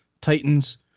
Titans